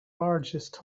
largest